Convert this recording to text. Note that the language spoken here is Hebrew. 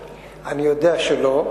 אתה לא חושב, או יודע שלא?